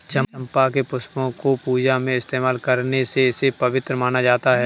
चंपा के पुष्पों को पूजा में इस्तेमाल करने से इसे पवित्र माना जाता